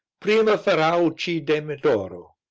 prima ferrau uccide medoro.